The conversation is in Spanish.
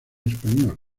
español